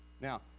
now